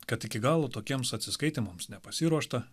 kad iki galo tokiems atsiskaitymams nepasiruošta